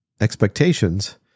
expectations